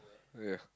ya